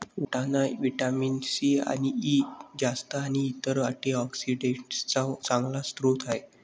वाटाणा vitamin C आणि E, जस्त आणि इतर अँटीऑक्सिडेंट्सचा चांगला स्रोत आहे